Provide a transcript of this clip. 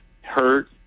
hurt